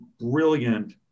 brilliant